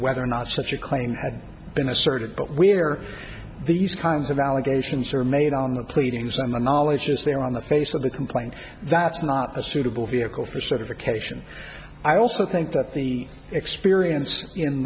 whether or not such a claim had been asserted but where these kinds of allegations are made on the plea to i'm a knowledge is there on the face of the complaint that's not a suitable vehicle for certification i also think that the experience in